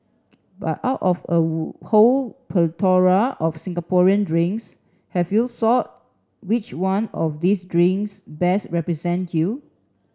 but out of a whole plethora of Singaporean drinks have you thought which one of these drinks best represent you